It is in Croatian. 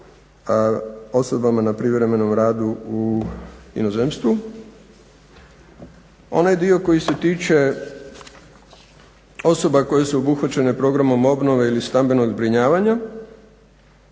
o osobama na privremenom radu u inozemstvu. Onaj dio koji se tiče osoba koje su obuhvaćene programom obnove ili stambenog zbrinjavanja